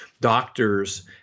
doctors